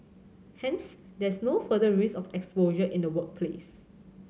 hence there is no further risk of exposure in the workplace